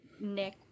Nick